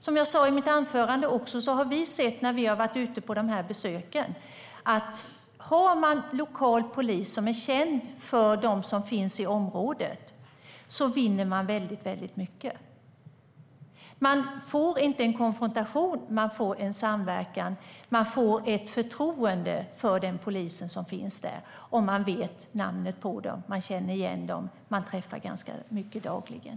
Som jag sa i mitt anförande har vi när vi har varit ute på besök sett att man vinner väldigt mycket på att ha lokal polis som är känd för dem som finns i området. Man får inte en konfrontation, utan man får samverkan. Människor får ett förtroende för de poliser som finns där om de vet namnet på dem, känner igen dem och träffar dem dagligen.